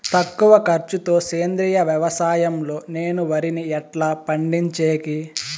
తక్కువ ఖర్చు తో సేంద్రియ వ్యవసాయం లో నేను వరిని ఎట్లా పండించేకి?